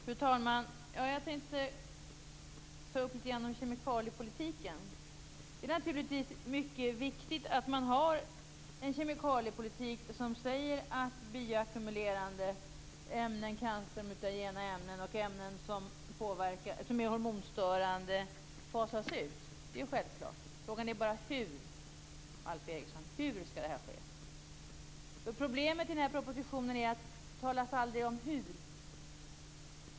Fru talman! Jag tänkte lite grann beröra kemikaliepolitiken. Det är naturligtvis mycket viktigt att man har en kemikaliepolitik som säger att bioackumulerande ämnen, cancermutagena ämnen och ämnen som är hormonstörande fasas ut. Det är självklart. Frågan är bara hur det här skall ske, Alf Eriksson! Problemet i propositionen är just att det aldrig talas om hur det skall ske.